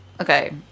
Okay